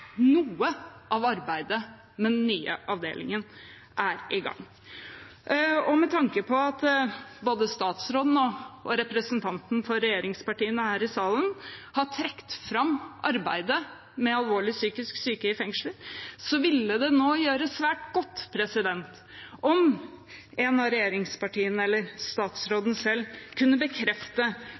av arbeidet med den nye avdelingen er i gang. Med tanke på at både statsråden og representantene for regjeringspartiene her i salen har trukket fram arbeidet med alvorlig psykisk syke i fengsel, ville det nå gjøre svært godt om en fra regjeringspartiene eller statsråden selv kunne bekrefte